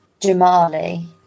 Jamali